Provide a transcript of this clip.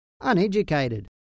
uneducated